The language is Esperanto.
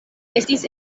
estis